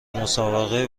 مسابقه